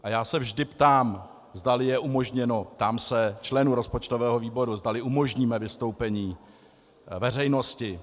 A já se vždy ptám, zda je umožněno, ptám se členů rozpočtového výboru, zda umožníme vystoupení veřejnosti.